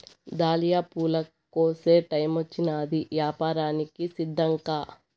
dahlia పూల కోసే టైమొచ్చినాది, యాపారానికి సిద్ధంకా